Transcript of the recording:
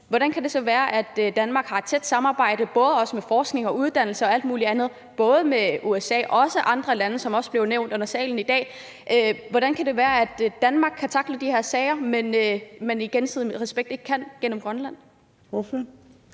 hvordan kan det så være, at Danmark har et tæt samarbejde, hvad angår forskning, uddannelse og alt muligt andet med både USA og andre lande, hvilket også er blevet nævnt i salen i dag? Hvordan kan det være, at Danmark kan tackle de her sager, men at man ikke kan gøre det med Grønland